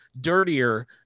dirtier